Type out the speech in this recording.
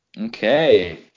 okay